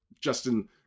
justin